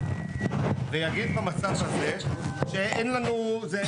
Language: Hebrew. ויגיד במצב הזה שאין לנו זה.